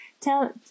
Tell